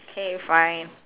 K fine